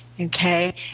Okay